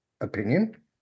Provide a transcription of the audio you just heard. opinion